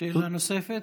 שאילתה נוספת?